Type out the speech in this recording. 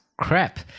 crap